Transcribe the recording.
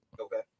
okay